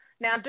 Now